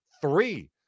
three